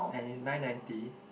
and it's nine ninety